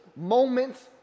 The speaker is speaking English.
moments